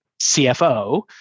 CFO